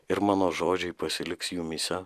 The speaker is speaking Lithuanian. ir mano žodžiai pasiliks jumyse